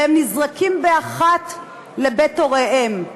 והם נזרקים באחת לבית הוריהם.